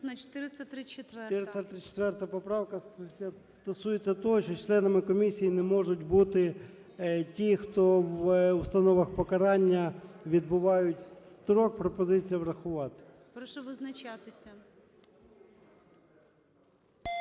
О.М. 434 поправка стосується того, що членами комісії не можуть бути ті, хто в установах покарання відбувають строк. Пропозиція врахувати. ГОЛОВУЮЧИЙ. Прошу визначатися.